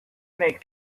make